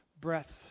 breaths